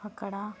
అక్కడ